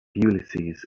ulysses